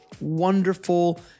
wonderful